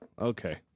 Okay